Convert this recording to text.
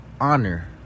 Honor